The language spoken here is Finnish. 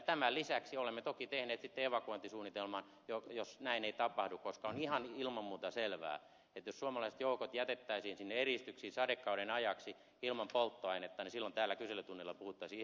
tämän lisäksi olemme toki tehneet sitten evakuointisuunnitelman jos näin ei tapahdu koska on ilman muuta ihan selvää että jos suomalaiset joukot jätettäisiin sinne eristyksiin sadekauden ajaksi ilman polttoainetta niin silloin täällä kyselytunnilla puhuttaisiin ihan muusta